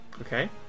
Okay